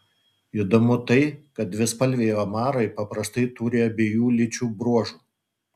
įdomu tai kad dvispalviai omarai paprastai turi abiejų lyčių bruožų